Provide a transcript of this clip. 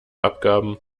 abgaben